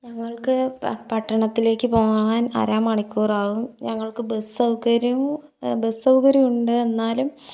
ഞങ്ങൾക്ക് പ പട്ടണത്തിലേക്ക് പോകാൻ അര മണിക്കൂറാകും ഞങ്ങൾക്ക് ബസ് സൗകര്യവും ബസ് സൗകര്യം ഉണ്ട് എന്നാലും